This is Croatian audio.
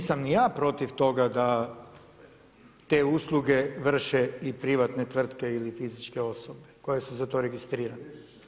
Nisam ni ja protiv toga da te usluge vrše i privatne tvrtke ili fizičke osobe koje su za to registrirane.